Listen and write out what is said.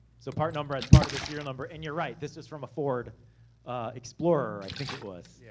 so part number as part of the serial number. and you're right, this is from a ford explorer, i think it was. yeah.